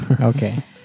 okay